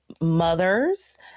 mothers